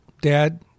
Dad